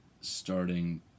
starting